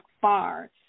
far